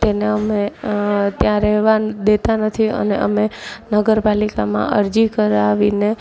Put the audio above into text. તેને અમે ત્યાં રહેવા દેતા નથી અને અમે નગર પાલિકામાં અરજી કરાવીને